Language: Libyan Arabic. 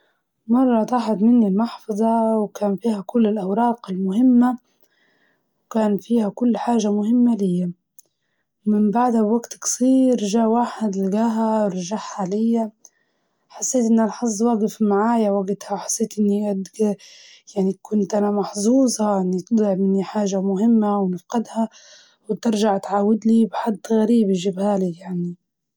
يوم ما مشيت المطار عليه موعد رحلة غلط، إكتشفت بعدها إني فوتت موعد الرحلة، وهو كان اليوم اللي جبلها، شعوري كان خيبة يا أخي خصوصا إني كان عندي شغل مهم.